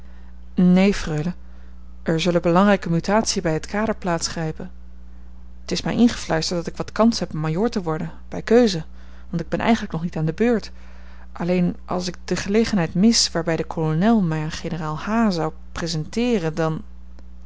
neen freule er zullen belangrijke mutatiën bij het kader plaats grijpen t is mij ingefluisterd dat ik wat kans heb majoor te worden bij keuze want ik ben eigenlijk nog niet aan de beurt alleen als ik de gelegenheid mis waarbij de kolonel mij aan generaal h zou presenteeren dan